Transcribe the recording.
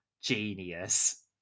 genius